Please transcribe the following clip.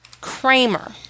Kramer